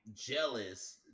jealous